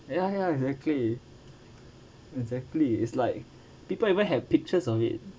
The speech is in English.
ya ya exactly exactly it's like people even have pictures of it